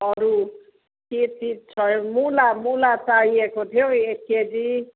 अरू त्यति छ मुला मुला चाहिएको थियो एक केजी